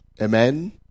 Amen